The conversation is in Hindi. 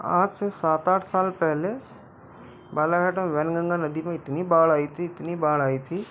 आज से सात आठ साल पहले बालाघाट में वैनगंगा नदी को इतनी बाढ़ आई थी इतनी बाढ़ आई थी